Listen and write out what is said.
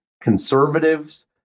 conservatives